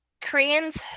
Koreans